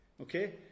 Okay